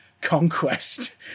conquest